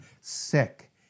sick